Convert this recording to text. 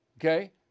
okay